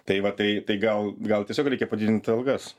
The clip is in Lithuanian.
tai va tai tai gal gal tiesiog reikia padidint algas